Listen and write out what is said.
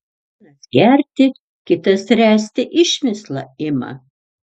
vienas gerti kitas ręsti išmislą ima